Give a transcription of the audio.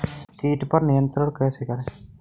कीट पर नियंत्रण कैसे करें?